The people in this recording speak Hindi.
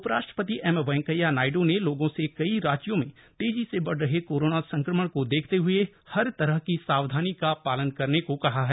उपराष्ट्रपति एमवेंकैया नायडू ने लोगों से कई राज्यों में तेजी से बढ़ रहे कोरोना संक्रमण को देखते हुए हर तरह की सावधानी का पालन करने को कहा है